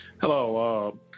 Hello